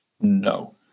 No